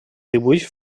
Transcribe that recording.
dibuix